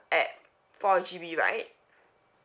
at four G_B right